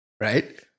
Right